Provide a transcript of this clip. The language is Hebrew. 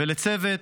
ולצוות,